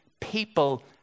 people